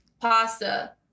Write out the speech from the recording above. pasta